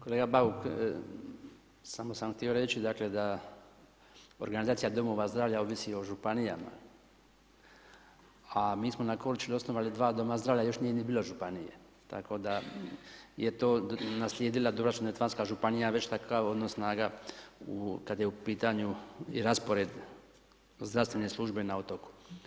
Kolega Bauk, samo sam htio reći, da organizacija domova zdravlja ovisi o županijama, a mi smo na Korčuli osnovali 2 doma zdravlja, još nije bilo županije, tako da je to naslijedila Dubrovačko-neretvanska županija, već takav odnos snaga, u, kad je u pitanju i raspored zdravstvene službe na otoku.